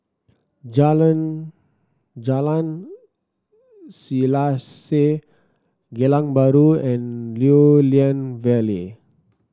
Jalan Selaseh Geylang Bahru and Lew Lian Vale